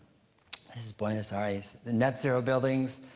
this is buenos aires. the net-zero buildings.